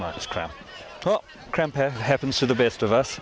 much crap happens to the best of us